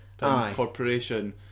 corporation